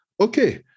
Okay